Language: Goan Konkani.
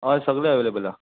हय सगळें अवेलेबल आहा